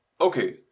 Okay